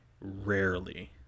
rarely